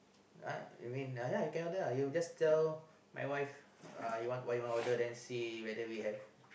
uh you mean uh ya you can order uh you just tell my wife uh you want what you want order then see whether we have